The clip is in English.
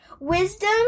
Wisdom